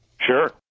sure